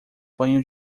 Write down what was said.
banho